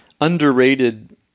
underrated